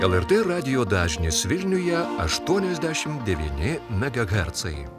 lrt radijo dažnis vilniuje aštuoniasdešimt devyni megahercai